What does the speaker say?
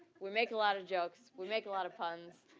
we make a lot of jokes, we make a lot of puns.